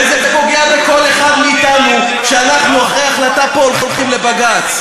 וזה פוגע בכל אחד מאתנו שאנחנו אחרי החלטה פה הולכים לבג"ץ.